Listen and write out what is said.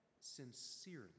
sincerely